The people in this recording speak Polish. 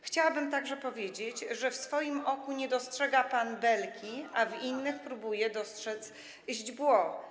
Chciałabym także powiedzieć, że w swoim oku nie dostrzega pan belki, a w innych próbuje dostrzec źdźbło.